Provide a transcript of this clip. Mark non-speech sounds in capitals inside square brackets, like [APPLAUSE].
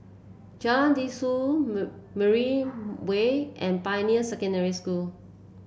Jalan Dusun [UNINTELLIGIBLE] Mariam Way and Pioneer Secondary School